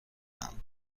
اند